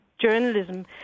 journalism